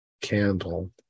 Candle